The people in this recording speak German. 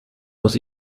muss